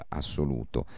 assoluto